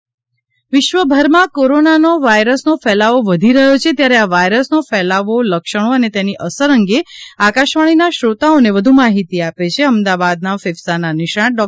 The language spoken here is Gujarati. કોરોના ડોકટર વિશ્વભરમાં કોરોના વાયરસનો ફેલાવ વધી રહ્યો છે ત્યારે આ વાયરસનો ફેલાવ લક્ષણો અને તેની અસર અંગે આકાશવાણીનાં શ્રોતાઓને વધ્ર માહિતી આપે છે અમદાવાદના ફેફસાના નિષ્ણાંત ડો